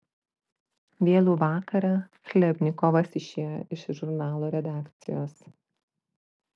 vėlų vakarą chlebnikovas išėjo iš žurnalo redakcijos